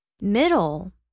Middle